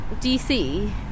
DC